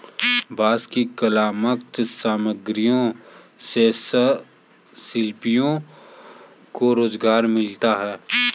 बाँस की कलात्मक सामग्रियों से हस्तशिल्पियों को रोजगार मिलता है